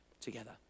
together